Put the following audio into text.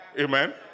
Amen